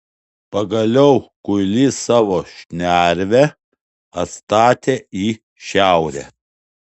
pagaliau kuilys savo šnervę atstatė į šiaurę